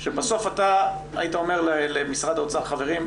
שבסוף היית אומר למשרד האוצר 'חברים,